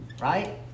Right